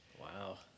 Wow